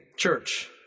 church